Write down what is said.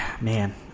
man